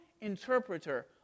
interpreter